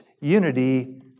Unity